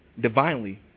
divinely